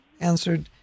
answered